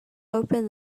open